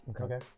okay